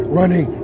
running